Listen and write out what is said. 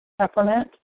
peppermint